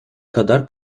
kadar